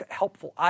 helpful